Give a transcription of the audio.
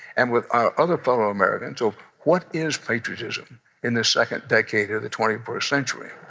and with our other fellow americans of what is patriotism in this second decade of the twenty first century.